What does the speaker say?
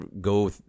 go